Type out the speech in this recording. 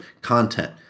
content